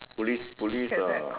police police uh